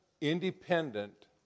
independent